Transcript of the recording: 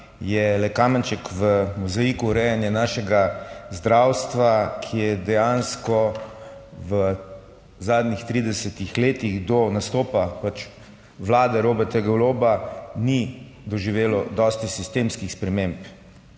je le kamenček v mozaiku urejanja našega zdravstva, ki je dejansko v zadnjih 30 letih do nastopa pač Vlade Roberta Goloba ni doživelo dosti sistemskih sprememb.